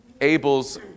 Abel's